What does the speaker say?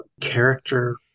character